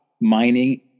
mining